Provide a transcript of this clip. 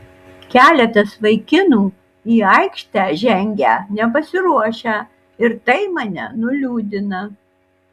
keletas vaikinų į aikštę žengę nepasiruošę ir tai mane nuliūdina